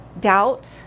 Doubt